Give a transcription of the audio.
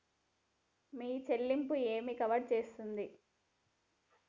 మీ చెల్లింపు ఏమి కవర్ చేస్తుంది?